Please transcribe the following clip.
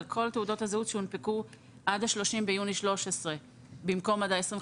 על כל תעודות הזהות שהונפקו עד ה-30 ביוני 2013 במקום עד ה-25